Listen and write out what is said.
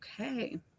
Okay